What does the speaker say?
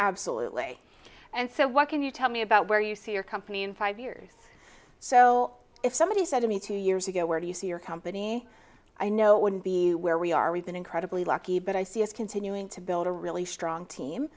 absolutely and so what can you tell me about where you see your company in five years so if somebody said to me two years ago where do you see your company i know it wouldn't be where we are we've been incredibly lucky but i see is continuing to build a really strong team